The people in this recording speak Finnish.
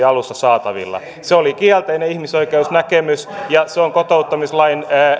alussa saatavilla se oli kielteinen ihmisoikeusnäkemys ja se on kotouttamislain